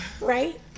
right